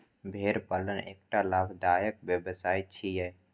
भेड़ पालन एकटा लाभदायक व्यवसाय छियै